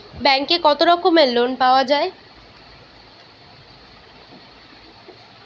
ব্যাঙ্কে কত রকমের লোন পাওয়া য়ায়?